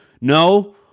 no